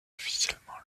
officiellement